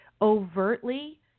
overtly